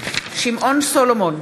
שמעון סולומון,